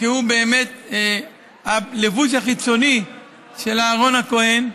שהוא באמת הלבוש החיצוני של אהרן הכהן,